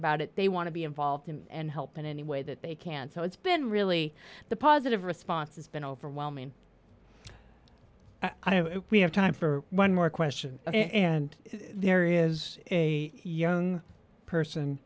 about it they want to be involved and help in any way that they can so it's been really the positive response has been overwhelming we have time for one more question and there is a young person